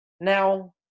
Now